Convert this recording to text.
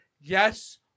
yes